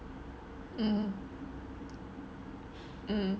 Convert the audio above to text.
mm mm